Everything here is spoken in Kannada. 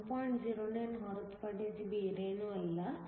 09 ಹೊರತುಪಡಿಸಿ ಬೇರೇನೂ ಅಲ್ಲ